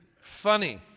funny